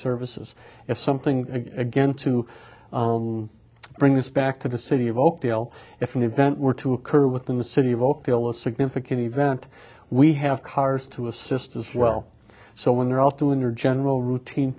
services is something again to bring this back to the city of oakdale if an event were to occur within the city of oakdale a significant event we have cars to assist as well so when they're off doing your general routine